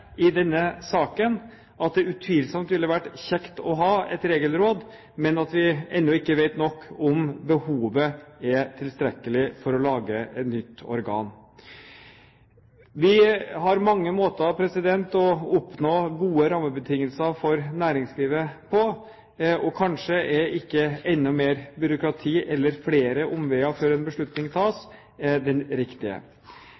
i denne saken, at det utvilsomt ville vært «kjekt å ha» et regelråd, men at vi ennå ikke vet om behovet er tilstrekkelig for å lage et nytt organ. Vi har mange måter å oppnå gode rammebetingelser for næringslivet på, og kanskje er ikke enda mer byråkrati eller flere omveier før en beslutning